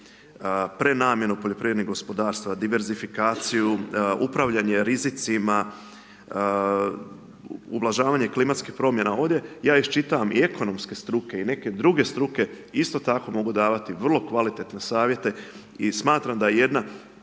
prenamjenu poljoprivrednih gospodarstava, diversifikaciju, upravljanje rizicima, ublažavanje klimatskih promjena ovdje, ja iščitavam i ekonomske struke i neke druge struke, isto tako mogu davati vrlo kvalitetne savjete i smatram da je jedno